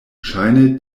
ŝajne